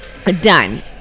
Done